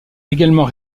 également